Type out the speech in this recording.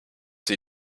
sie